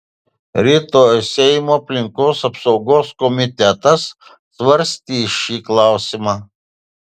rytoj seimo aplinkos apsaugos komitetas svarstys šį klausimą